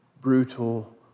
brutal